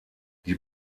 die